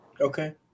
Okay